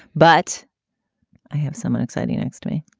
but i have someone exciting next to me